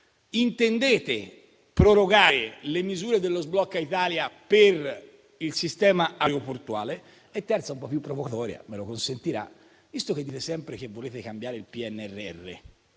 Intendete prorogare le misure del decreto-legge sblocca Italia per il sistema aeroportuale? La terza domanda è un po' più provocatoria, me lo consentirà. Visto che dite sempre di voler cambiare il PNRR